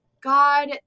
God